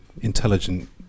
Intelligent